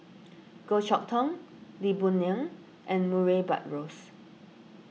Goh Chok Tong Lee Boon Ngan and Murray Buttrose